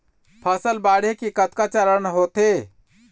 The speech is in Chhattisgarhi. फसल बाढ़े के कतका चरण होथे?